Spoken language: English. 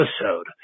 episode